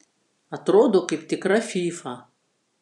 atrodo kaip tikra fyfa